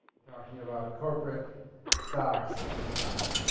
we're talking about corporate stocks this time.